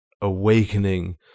awakening